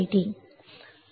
आहे हा ID